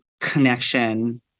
connection